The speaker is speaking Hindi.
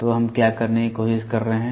तो हम क्या करने की कोशिश कर रहे हैं